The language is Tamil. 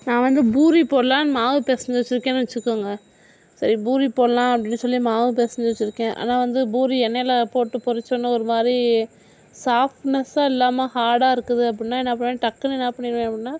நான் வந்து பூரி போடலாம்ன்னு மாவு பிசைஞ்சி வச்சுருக்கேன்னு வச்சுக்கோங்க சரி பூரி போடலாம் அப்படின்னு சொல்லி மாவு பிசைஞ்சி வச்சுருக்கேன் ஆனால் வந்து பூரி எண்ணெயில் போட்டு பொரித்தோன ஒரு மாதிரி சாஃப்ட்நஸ்சாக இல்லாமல் ஹாடாக இருக்குது அப்படினா என்ன பண்ணுவோம் டக்குனு என்ன பண்ணிவிடுவேன் அப்படினா